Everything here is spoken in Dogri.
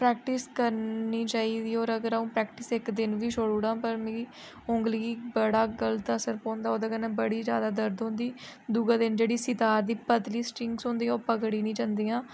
प्रैक्टिस करनी चाहि्दी होर अगर अ'ऊं प्रैक्टिस इक दिन बी छोड़ी उड़ां पर मिगी उंगली गी बड़ा गलत असर पौंदा ओह्दे कन्नै बड़ी ज्यादा दर्द होंदी दुए दिन जेह्ड़ी सितार दी पलती स्टिंग्स होंदियां ओह् पकड़ी नी जंदियां